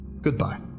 Goodbye